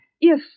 Yes